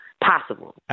possible